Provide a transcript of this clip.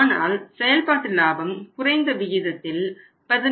ஆனால் செயல்பட்டு லாபம் குறைந்த விகிதத்தில் 17